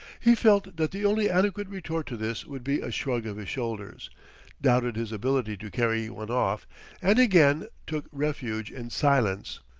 he felt that the only adequate retort to this would be a shrug of his shoulders doubted his ability to carry one off and again took refuge in silence.